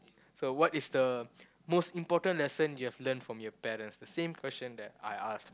so what is the most important lesson you have learnt from your parents the same questions that I ask